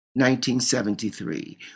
1973